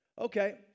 Okay